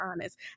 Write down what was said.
honest